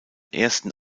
ersten